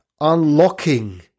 unlocking